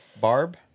Barb